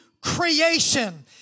creation